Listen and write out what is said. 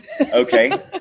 okay